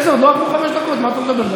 איזה, עוד לא עברו חמש דקות, מה אתה מדבר?